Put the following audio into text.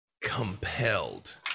compelled